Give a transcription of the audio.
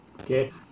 Okay